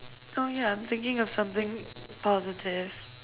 no yeah I'm thinking of something positive